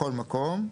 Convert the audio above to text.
בכל מקום,